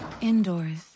Indoors